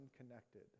unconnected